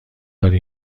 داری